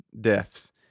deaths